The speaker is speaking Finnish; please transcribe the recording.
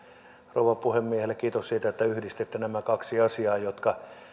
rouva puhemiehelle kiitos siitä että yhdistitte nämä kaksi asiaa jotka